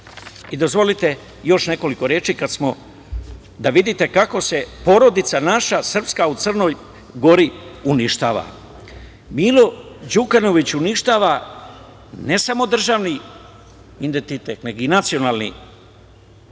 I dozvolite još nekoliko reči kada smo, da vidite kako se porodica naša u Crnoj Gori uništava. Milo Đukanović uništava, ne samo državni identitet, nego i nacionalni